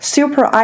Super